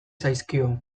zaizkio